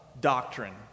doctrine